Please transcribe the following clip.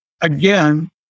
again